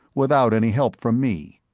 without any help from me.